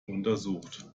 untersucht